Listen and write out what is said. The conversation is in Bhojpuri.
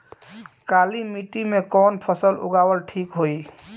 काली मिट्टी में कवन फसल उगावल ठीक होई?